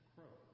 Crow